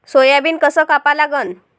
Soybean कस कापा लागन?